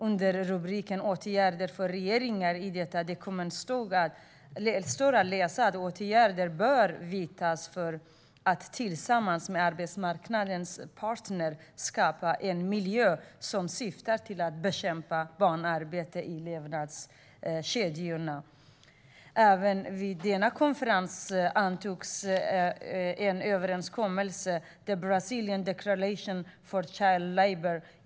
Under rubriken Åtgärder för regeringar i detta dokument står att läsa att åtgärder bör vidtas för att tillsammans med arbetsmarknadens parter skapa en miljö som syftar till att bekämpa barnarbete i levnadskedjan. Även vid denna konferens antogs en överenskommelse - The Brasilia Declaration on Child Labour .